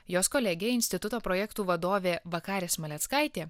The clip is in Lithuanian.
jos kolegė instituto projektų vadovė vakarė smaleckaitė